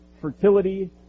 fertility